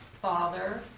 Father